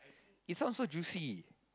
it sounds so juicy